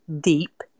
deep